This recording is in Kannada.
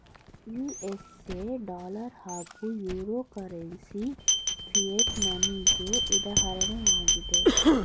ಯು.ಎಸ್.ಎ ಡಾಲರ್ ಹಾಗೂ ಯುರೋ ಕರೆನ್ಸಿ ಫಿಯೆಟ್ ಮನಿಗೆ ಉದಾಹರಣೆಯಾಗಿದೆ